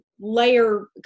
layer